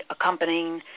accompanying